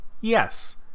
yes